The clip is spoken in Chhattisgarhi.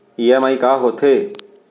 ई.एम.आई का होथे?